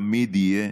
תמיד יהיה